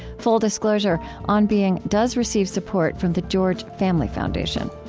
full disclosure, on being does receive support from the george family foundation